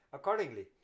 Accordingly